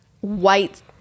white